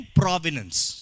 provenance